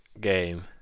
game